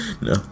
No